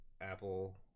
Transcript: apple